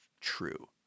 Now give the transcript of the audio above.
true